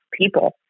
people